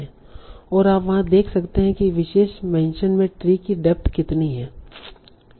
और वहां आप देख सकते हैं कि इस विशेष मेंशन में ट्री की डेप्थ कितनी है